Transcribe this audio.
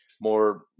more